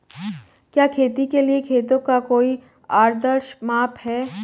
क्या खेती के लिए खेतों का कोई आदर्श माप है?